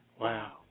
Wow